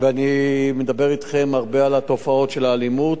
ואני מדבר אתכם הרבה על התופעות של האלימות.